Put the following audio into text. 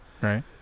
right